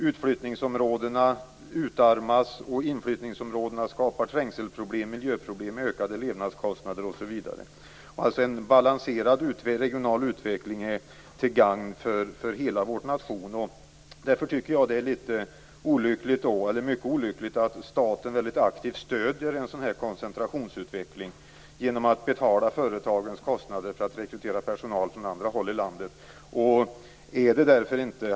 Utflyttningsområdena utarmas och inflyttningområdena får trängselproblem, miljöproblem samtidigt som levnadskostnaderna ökar. En balanserad regional utveckling är till gagn för hela vår nation. Därför är det mycket olyckligt att staten aktivt stöder en sådan här koncentrationsutveckling genom att betala företagens kostnader för att rekrytera personal från andra delar av landet.